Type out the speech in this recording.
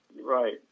Right